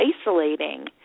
isolating